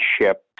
ship